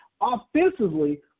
offensively